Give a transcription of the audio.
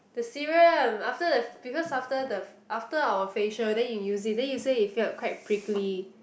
the serum after the because after the f~ after our facial then you use it then you say you feel quite prickly